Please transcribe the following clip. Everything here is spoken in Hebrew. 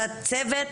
תת צוות,